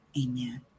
amen